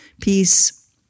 peace